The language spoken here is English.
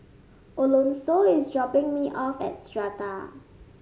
Alonso is dropping me off at Strata